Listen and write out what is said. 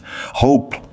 hope